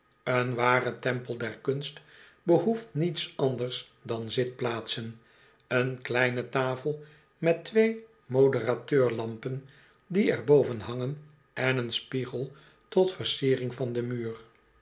een ware tempel der kunst behoeft niets anders dan zitplaatsen een kleine tafel met twee moderateurlampen die er boven hangen en een spiegel tot versiering van den muur